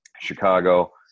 Chicago